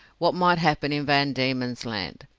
what might happen in van diemen's land,